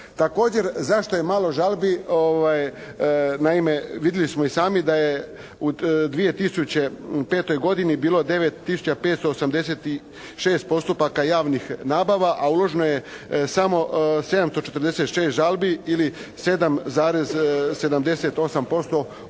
Također zašto je malo žalbi? Naime vidjeli smo i sami da je u 2005. godini bilo 9 tisuća 586 postupaka javnih nabava, a uloženo je samo 746 žalbi ili 7,78% u odnosu